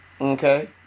okay